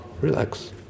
Relax